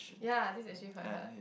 ya this is actually quite hard